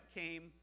came